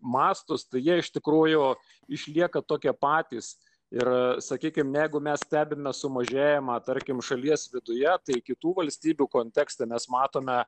mastų jie iš tikrųjų išlieka tokie patys ir sakykime negu mes stebime sumažėjimą tarkim šalies viduje tai kitų valstybių kontekste mes matome